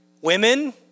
Women